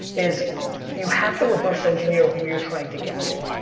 is you have to reverse engineer who you're trying to get to.